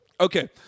Okay